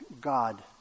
God